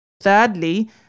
Thirdly